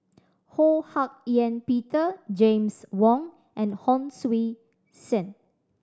Ho Hak Ean Peter James Wong and Hon Sui Sen